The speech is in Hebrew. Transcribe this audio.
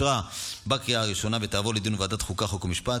לוועדת החוקה,